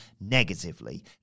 negatively